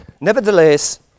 Nevertheless